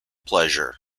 pleasure